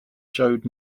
showed